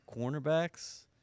cornerbacks